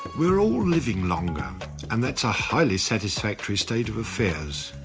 we're all living longer and that's a highly satisfactory state of affairs.